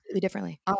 differently